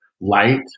light